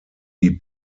die